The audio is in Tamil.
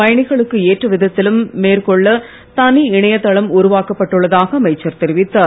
பயணிகளுக்கு ஏற்ற விதத்திலும் மேற்கொள்ள தனி இணையதளம் உருவாக்கப் பட்டுள்ளதாக அமைச்சர் தெரிவித்தார்